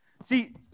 See